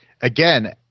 again